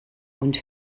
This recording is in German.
und